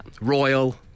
Royal